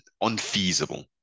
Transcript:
unfeasible